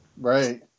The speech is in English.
Right